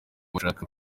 bashaka